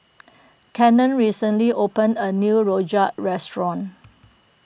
Cannon recently opened a new Rojak restaurant